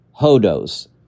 hodos